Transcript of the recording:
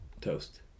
toast